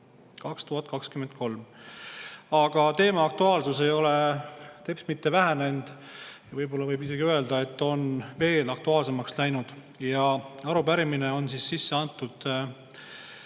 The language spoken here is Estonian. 2023! Aga teema aktuaalsus ei ole teps mitte vähenenud ja võib isegi öelda, et see on veel aktuaalsemaks läinud. Arupärimine on sisse antud